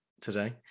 today